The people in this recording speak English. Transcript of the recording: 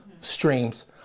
streams